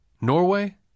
Norway